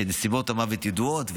ונסיבות המוות ידועות,